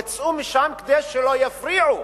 יצאו משם כדי שלא יפריעו